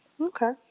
Okay